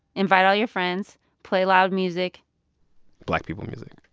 invite all your friends. play loud music black people music